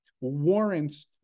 warrants